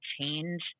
change